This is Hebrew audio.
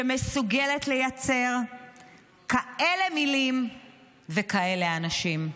שמסוגלת לייצר מילים כאלה ואנשים כאלה.